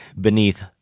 beneath